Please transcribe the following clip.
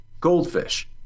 goldfish